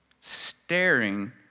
staring